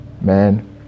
Man